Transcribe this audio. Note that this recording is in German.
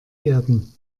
erden